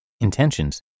intentions